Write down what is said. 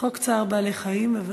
חוק צער בעלי-חיים, בבקשה.